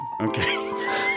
okay